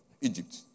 Egypt